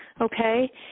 okay